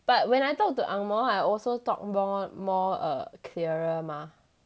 but when I talk to angmoh I also talk about more err clearer mah